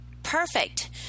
Perfect